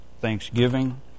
thanksgiving